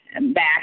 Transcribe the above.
back